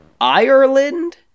Ireland